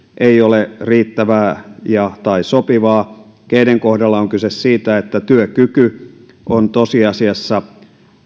ei ole riittävää ja tai sopivaa keiden kohdalla on kyse siitä että työkyky on tosiasiassa